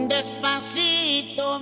Despacito